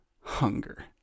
hunger